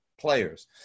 players